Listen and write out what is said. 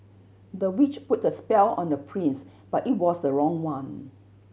the witch put a spell on the prince but it was the wrong one